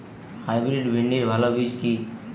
Hybrid ভিন্ডির ভালো বীজ কি?